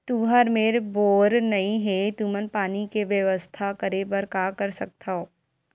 तुहर मेर बोर नइ हे तुमन पानी के बेवस्था करेबर का कर सकथव?